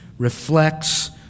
Reflects